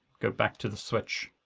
go back to the switch.